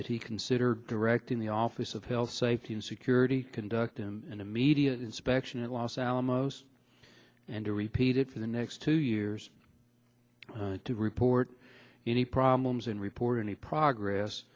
that he consider directing the office of health safety and security conduct and immediate inspection at los alamos and to repeat it for the next two years to report any problems and report any progress